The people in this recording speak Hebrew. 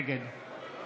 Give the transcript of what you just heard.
נגד